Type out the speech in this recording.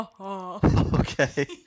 Okay